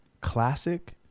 classic